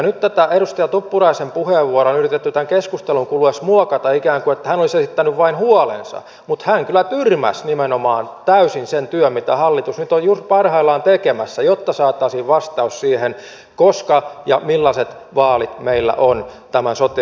nyt tätä edustaja tuppuraisen puheenvuoroa on yritetty tämän keskustelun kuluessa muokata ikään kuin että hän olisi esittänyt vain huolensa mutta hän kyllä tyrmäsi nimenomaan täysin sen työn mitä hallitus nyt on juuri parhaillaan tekemässä jotta saataisiin vastaus siihen koska ja millaiset vaalit meillä on tämän sote uudistuksen myötä